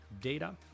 data